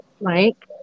Mike